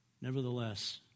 Nevertheless